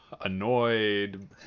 annoyed